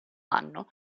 anno